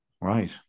Right